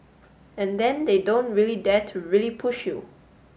and then they don't really dare to really push you